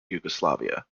yugoslavia